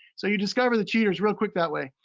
so you discover the cheaters real quick that way.